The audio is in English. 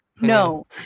no